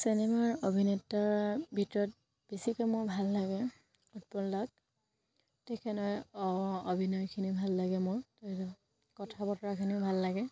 চিনেমাৰ অভিনেতাৰ ভিতৰত বেছিকে মোৰ ভাল লাগে উৎপল দাক ঠিক সেইদৰে অঁ অভিনয়খিনি ভাল লাগে মোৰ কথা বতৰাখিনিও ভাল লাগে